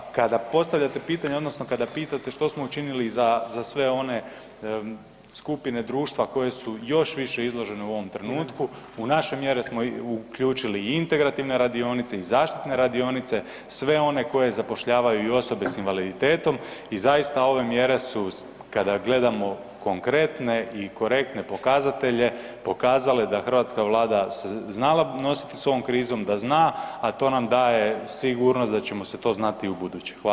Kada postavljate pitanje odnosno kada pitate što smo učinili za sve one skupine društva koje su još više izložene u ovom trenutku, u naše mjere smo uključili i integrativne radionice i zaštitne radionice, sve one koje zapošljavaju i osobe s invaliditetom i zaista ove mjere su kada gledamo konkretne i korektne pokazatelje, pokazale da hrvatska Vlada se znala nositi s ovom krizom, da zna, a to nam daje sigurnost da ćemo se to znati i ubuduće.